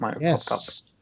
yes